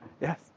Yes